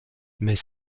mais